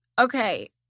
Okay